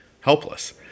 helpless